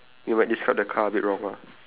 we might describe the car a bit wrong lah